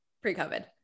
Pre-COVID